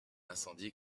incendie